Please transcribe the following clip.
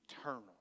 eternal